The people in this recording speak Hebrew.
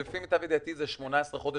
ל-24 חודש.